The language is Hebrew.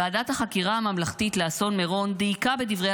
ועדת החקירה הממלכתית לאסון מירון דייקה בדברי